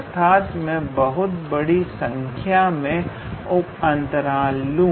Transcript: अर्थात मैं बहुत बहुत बड़ी संख्या में उपअंतराल लू